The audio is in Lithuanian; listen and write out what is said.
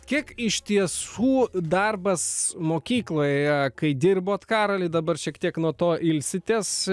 kiek iš tiesų darbas mokykloje kai dirbot karoli dabar šiek tiek nuo to ilsitės